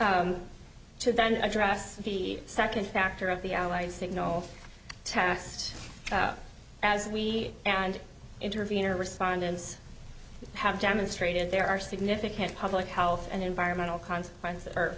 then address the second factor of the allied signal test as we and intervenor respondents have demonstrated there are significant public health and environmental consequences o